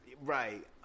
right